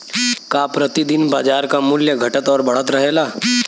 का प्रति दिन बाजार क मूल्य घटत और बढ़त रहेला?